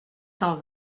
cent